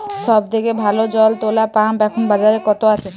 সব থেকে ভালো জল তোলা পাম্প এখন বাজারে কত আছে?